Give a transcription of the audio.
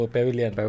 Pavilion